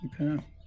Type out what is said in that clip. Okay